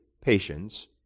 patience